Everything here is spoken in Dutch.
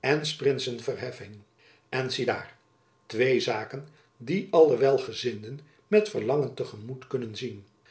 en s prinsen verheffing en ziedaar twee zaken die alle welgezinden met verlangen te gemoet kunnen zien